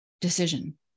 decision